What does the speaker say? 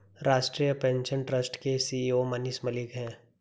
राष्ट्रीय pension trust के CEO Manish Malik है